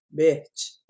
bitch